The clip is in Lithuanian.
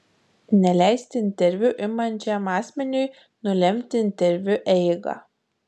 neleisti interviu imančiam asmeniui nulemti interviu eigą